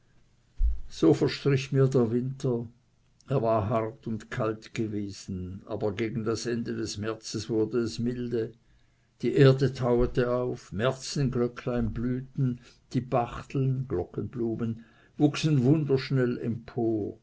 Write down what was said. so verstrich mir der winter er war hart und kalt gewesen aber gegen das ende des märzes wurde es milde die erde taute auf märzenglöcklein blühten die bachteln glockenblumen wuchsen wunderschnell